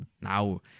Now